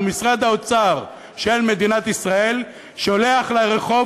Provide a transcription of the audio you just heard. משרד האוצר של מדינת ישראל שולח לרחוב